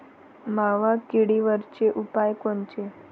मावा किडीवरचे उपाव कोनचे?